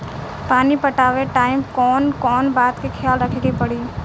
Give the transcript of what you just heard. पानी पटावे टाइम कौन कौन बात के ख्याल रखे के पड़ी?